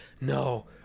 No